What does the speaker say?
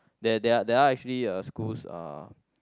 there there're there're actually uh schools uh